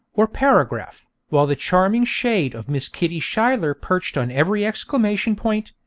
or paragraph, while the charming shade of miss kitty schuyler perched on every exclamation point,